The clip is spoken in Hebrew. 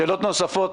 שאלות נוספות